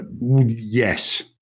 Yes